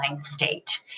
state